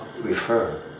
refer